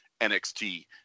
NXT